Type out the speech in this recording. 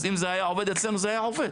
אז אם זה היה עובד אצלנו, זה היה עובד.